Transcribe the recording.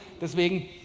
Deswegen